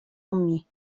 أمي